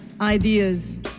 ideas